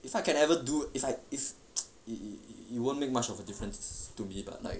if I can ever do if I if it it it won't make much of a difference to me but like